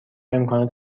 امکانات